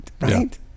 right